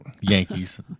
Yankees